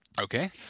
Okay